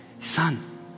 Son